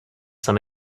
some